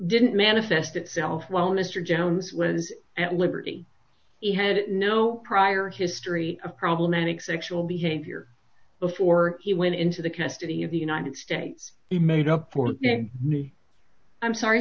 didn't manifest itself well mr jones was at liberty he had no prior history of problematic sexual behavior before he went into the custody of the united states he made up for me i'm sorry